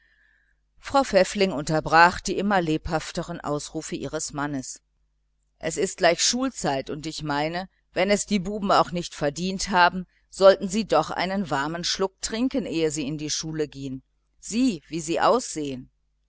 frau pfäffling unterbrach die immer lebhafteren ausrufe ihres mannes es ist gleich schulzeit und ich meine wenn es die buben auch nicht verdient haben sollten sie doch einen warmen schluck trinken ehe sie in die schule gehen sieh wie sie aussehen